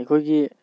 ꯑꯩꯈꯣꯏꯒꯤ